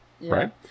right